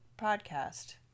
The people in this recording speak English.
podcast